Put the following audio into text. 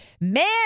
man